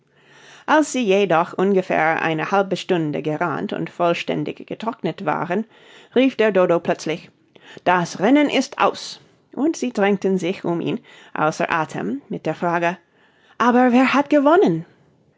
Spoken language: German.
als sie jedoch ungefähr eine halbe stunde gerannt und vollständig getrocknet waren rief der dodo plötzlich das rennen ist aus und sie drängten sich um ihn außer athem mit der frage aber wer hat gewonnen